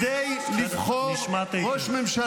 את מליאת הכנסת כדי לבחור ראש ממשלה,